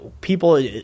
people